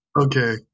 okay